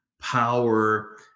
power